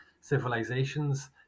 civilizations